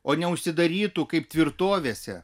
o neužsidarytų kaip tvirtovėse